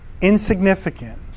insignificant